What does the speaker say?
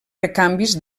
recanvis